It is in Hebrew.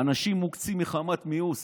אנשים מוקצים מחמת מיאוס.